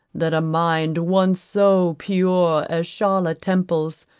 that a mind once so pure as charlotte temple's,